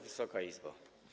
Wysoka Izbo!